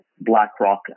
BlackRock